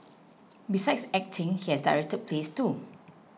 besides acting he has directed plays too